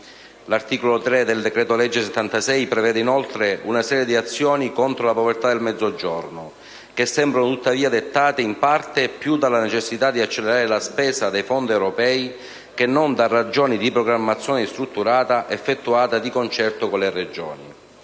L'articolo 3 del decreto-legge n. 76 prevede inoltre una serie di azioni contro la povertà nel Mezzogiorno che sembrano tuttavia dettate, in parte, più dalla necessità di accelerare la spesa dei fondi europei che non da una programmazione strutturata effettuata di concerto con le Regioni.